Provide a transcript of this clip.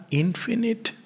infinite